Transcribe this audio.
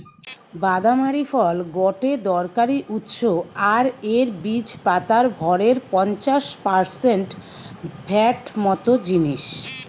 বাদাম হারি ফল গটে দরকারি উৎস আর এর বীজ পাতার ভরের পঞ্চাশ পারসেন্ট ফ্যাট মত জিনিস